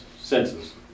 senses